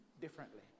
differently